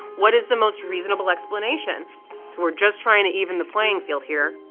what is the most reasonable explanation for just trying to even the playing field here?